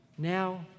now